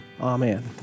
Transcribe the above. Amen